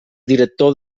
director